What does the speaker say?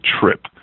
trip